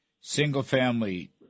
single-family